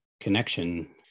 connection